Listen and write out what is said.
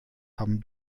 haben